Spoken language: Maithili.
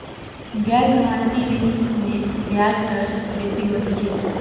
गैर जमानती ऋण में ब्याज दर बेसी होइत अछि